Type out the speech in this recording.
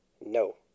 No